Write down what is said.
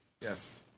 Yes